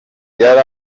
yari